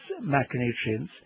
macronutrients